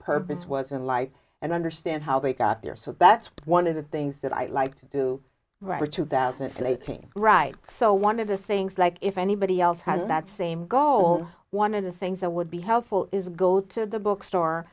purpose was in life and understand how they got there so that's one of the things that i like to do right for two thousand slating right so one of the things like if anybody else has that same goal one of the things that would be helpful is go to the bookstore